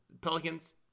Pelicans